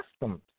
customs